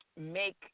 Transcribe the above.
make